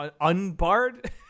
unbarred